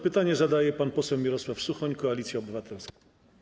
Pytanie zadaje pan poseł Mirosław Suchoń, Koalicja Obywatelska.